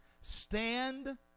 stand